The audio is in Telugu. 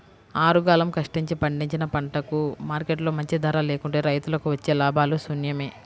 ఆరుగాలం కష్టించి పండించిన పంటకు మార్కెట్లో మంచి ధర లేకుంటే రైతులకు వచ్చే లాభాలు శూన్యమే